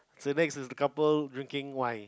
the next is the couple drinking wine